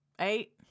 Eight